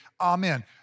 Amen